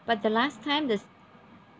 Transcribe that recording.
but the last time the